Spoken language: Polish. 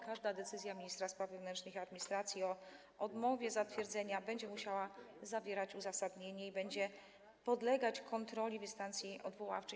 Każda decyzja ministra spraw wewnętrznych i administracji o odmowie zatwierdzenia będzie musiała zawierać uzasadnienie i będzie podlegać kontroli w instancji odwoławczej.